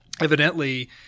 evidently